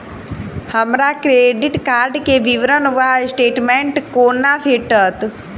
हमरा credit card केँ विवरण वा स्टेटमेंट कोना भेटत?